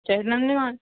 ചേട്ടൻ അങ്ങനെ വാങ്ങി